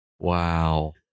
wow